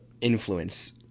influence